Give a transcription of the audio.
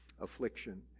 affliction